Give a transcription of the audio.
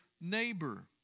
neighbor